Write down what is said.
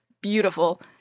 beautiful